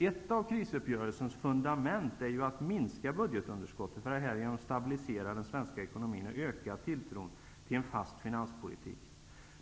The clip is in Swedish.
Ett av krisuppgörelsens fundament är ju att minska budgetunderskottet för att härigenom stabilisera den svenska ekonomin och öka tilltron till en fast finanspolitik.